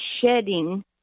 shedding